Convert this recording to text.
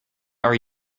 are